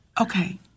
Okay